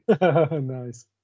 Nice